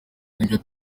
nibyo